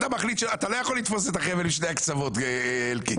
אתה לא יכול לתפוס את החבל משני הקצוות, אלקין.